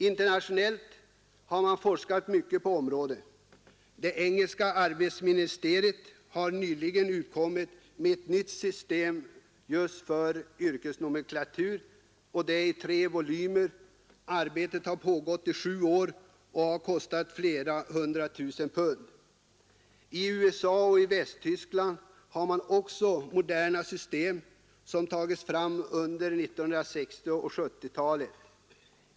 Internationellt har man forskat mycket på området. Det engelska arbetsministeriet har nyligen utkommit med ett nytt system för yrkesnomenklatur, i tre volymer. Arbetet har pågått i sju år och kostat flera hundra tusen pund. I USA och i Västtyskland har man också moderna system som tagits fram under 1960 och 1970-talen.